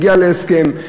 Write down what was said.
הגיע להסכם,